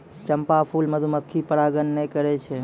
चंपा फूल मधुमक्खी परागण नै करै छै